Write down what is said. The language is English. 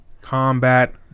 combat